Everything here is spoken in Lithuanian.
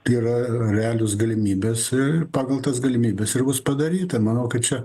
tai yra realios galimybės ir pagal tas galimybes ir bus padaryta manau kad čia